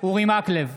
אורי מקלב,